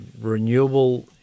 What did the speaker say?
renewable